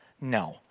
No